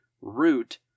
root